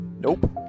Nope